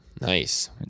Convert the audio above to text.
Nice